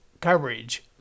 coverage